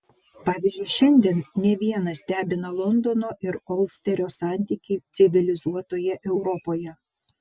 pavyzdžiui šiandien ne vieną stebina londono ir olsterio santykiai civilizuotoje europoje